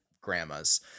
grandmas